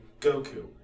Goku